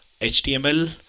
HTML